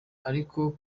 ariko